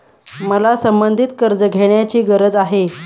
मला संबंधित कर्ज घेण्याची गरज आहे